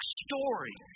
story